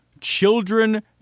children